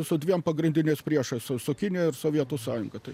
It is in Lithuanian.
su dviem pagrindiniais priešais su us kinija ir sovietų sąjunga taip